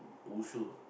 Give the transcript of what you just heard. Wushu